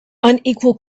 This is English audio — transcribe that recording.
unequal